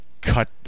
cut